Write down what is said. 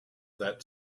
that